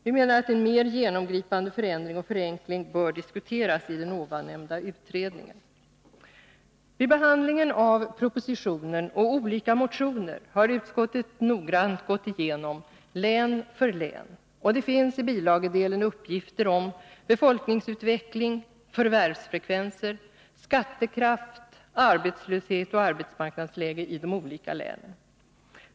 Vi menar att en mer genomgripande förändring och förenkling bör diskuteras i den ovan nämnda utredningen. Vid behandlingen av propositionen och olika motioner har utskottet noggrant gått igenom län för län, och det finns i bilagedelen uppgifter om befolkningsutveckling, förvärvsfrekvenser, skattekraft, arbetslöshet och arbetsmarknadsläge i de olika länen.